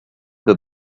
the